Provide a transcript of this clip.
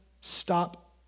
stop